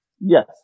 Yes